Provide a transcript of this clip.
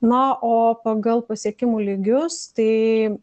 na o pagal pasiekimų lygius tai